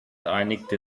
einigte